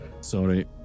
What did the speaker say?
Sorry